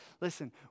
Listen